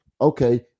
Okay